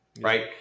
right